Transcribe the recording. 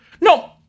No